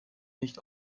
nicht